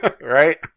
Right